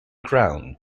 ground